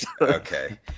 okay